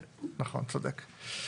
צודק.